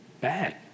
bad